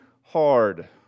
hard